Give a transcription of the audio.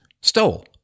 stole